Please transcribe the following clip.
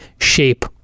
shape